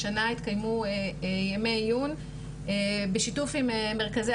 השנה התקיימו ימי עיון בשיתוף עם מרכזי